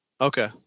Okay